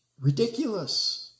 Ridiculous